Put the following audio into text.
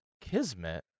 Kismet